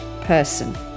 person